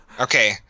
okay